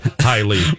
highly